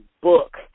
book